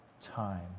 time